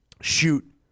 shoot